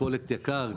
המכולת יקרה,